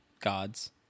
gods